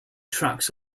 tracks